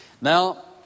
Now